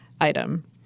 item